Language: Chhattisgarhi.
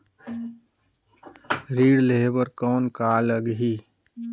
ऋण लेहे बर कौन का लगही?